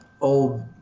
old